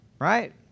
Right